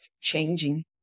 changing